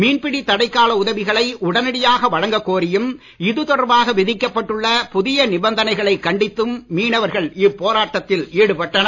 மீன்பிடித் தடைக்கால உதவிகளை உடனடியாக வழங்கக் கோரியும் இதுதொடர்பாக விதிக்கப் பட்டுள்ள புதிய நிபந்தனைகளைக் கண்டித்தும் மீனவர்கள் இப்போராட்டத்தில் ஈடுபட்டனர்